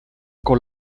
con